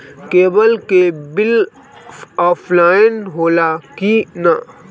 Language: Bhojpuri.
केबल के बिल ऑफलाइन होला कि ना?